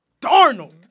Darnold